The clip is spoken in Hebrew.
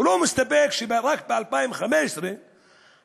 הוא לא מסתפק שרק ב-2015 הרס,